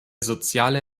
soziale